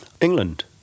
England